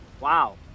Wow